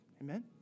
Amen